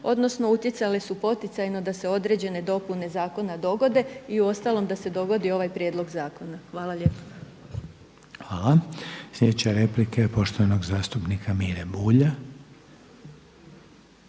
odnosno utjecale su poticajno da se određene dopune zakona dogode i da uostalom da se dogodi ovaj prijedlog zakona. Hvala lijepa. **Reiner, Željko (HDZ)** Hvala. Sljedeća replika je poštovanog zastupnika Mire Bulja.